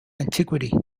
antiquity